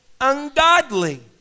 ungodly